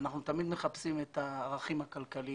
אנחנו תמיד מחפשים את הערכים הכלכליים